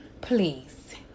Please